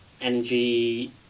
energy